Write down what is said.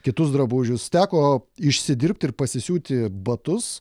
kitus drabužius teko išsidirbti ir pasisiūti batus